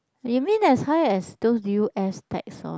you mean as high as those u_s tax or